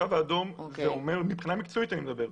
אני מדבר מבחינה מקצועית.